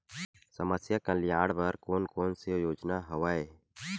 समस्या कल्याण बर कोन कोन से योजना हवय?